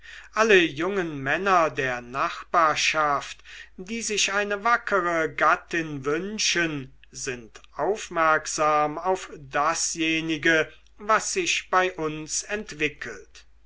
alle jungen männer der nachbarschaft die sich eine wackere gattin wünschen sind aufmerksam auf dasjenige was sich bei uns entwickelt